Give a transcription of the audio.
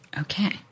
Okay